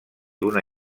una